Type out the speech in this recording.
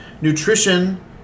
nutrition